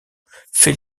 fait